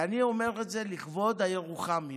ואני אומר את זה לכבוד הירוחמים,